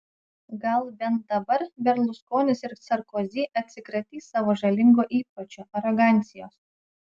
gal bent dabar berluskonis ir sarkozy atsikratys savo žalingo įpročio arogancijos